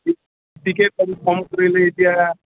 কম কৰিলে এতিয়া